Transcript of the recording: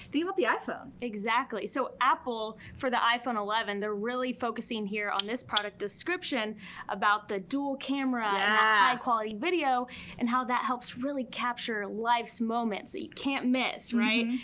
about the iphone. exactly, so apple, for the iphone eleven, they're really focusing here on this product description about the duel-camera high-quality video and how that helps really capture life's moments that you can't miss. right?